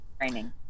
training